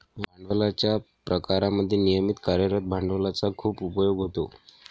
भांडवलाच्या प्रकारांमध्ये नियमित कार्यरत भांडवलाचा खूप उपयोग होतो